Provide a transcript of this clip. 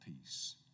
Peace